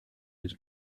his